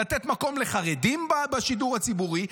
לתת מקום לחרדים בשידור הציבורי,